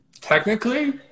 Technically